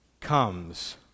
comes